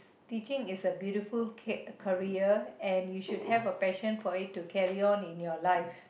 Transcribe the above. teaching is a beautiful ca~ career and you should have a passion for it to carry on in your life